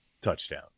touchdown